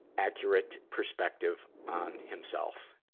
accurate perspective on himself.